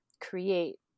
create